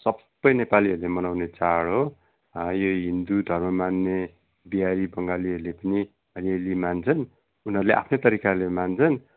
सबै नेपालीहरूले मनाउने चाड हो यो हिन्दू धर्म मान्ने बिहारी बङ्गालीहरूले पनि अलिअलि मान्छन् उनीहरूले आफ्नै तरिकाले मान्छन्